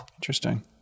Interesting